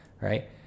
right